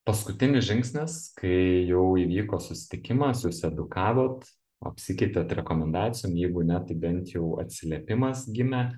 paskutinis žingsnis kai jau įvyko susitikimas jūs edukavot apsikeitėt rekomendacijom jeigu ne tai bent jau atsiliepimas gimė